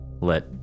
let